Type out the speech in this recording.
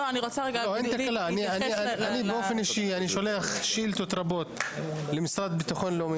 אני באופן אישי שולח שאילתות רבות למשרד לבטחון לאומי.